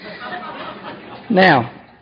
Now